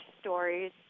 stories